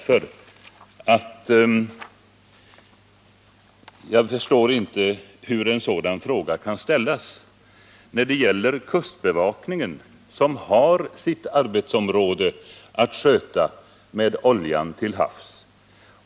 Jag förstår inte hur en sådan fråga kan ställas. Kustbevakningen har till uppgift att bekämpa oljan till havs.